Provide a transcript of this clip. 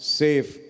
safe